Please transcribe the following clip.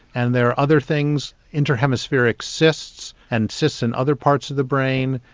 and there are other things inter-hemispheric cysts, and cysts in other parts of the brain,